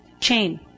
chain